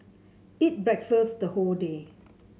eat breakfast the whole day